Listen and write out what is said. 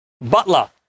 butler